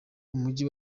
umujyi